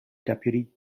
deputy